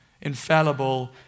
infallible